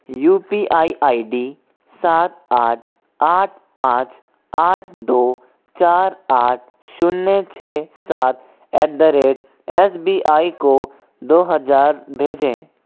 you P I I D सात आठ आठ पाँच आठ दो चार आठ शून्य छः सात at the rate S B I को दो हजार भेजें